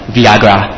Viagra